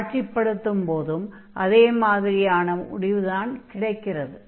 காட்சிப்படுத்தும்போதும் அதே மாதிரியான முடிவுதான் கிடைக்கிறது